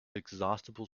inexhaustible